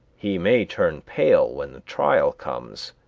he may turn pale when the trial comes.